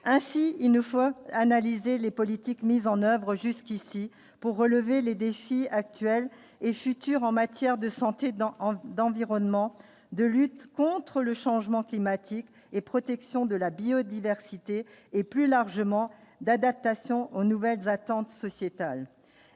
ainsi il ne faut analyser les politiques mises en oeuvre jusqu'ici pour relever les défis actuels et futurs en matière de santé dans enjeux d'environnement, de lutte contre le changement climatique et protection de la biodiversité et, plus largement, d'adaptation aux nouvelles attentes sociétales